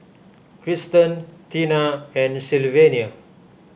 Cristen Teena and Sylvania